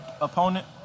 opponent